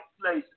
place